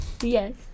Yes